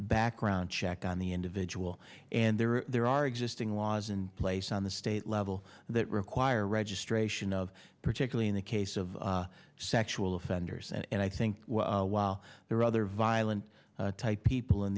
background check on the individual and there are there are existing laws in place on the state level that require registration of particularly in the case of sexual offenders and i think while there are other violent type people in